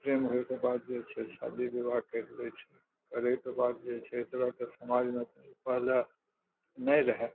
प्रेम होइके बाद जे छै शादी विवाह कैरि लै छै करैके बाद जे छै एकरा तऽ समाजमे पहले नहि रहए